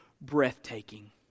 breathtaking